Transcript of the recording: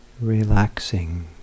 Relaxing